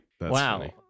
Wow